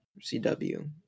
CW